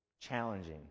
challenging